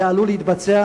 זה עלול להתבצע.